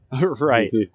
Right